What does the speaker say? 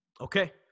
Okay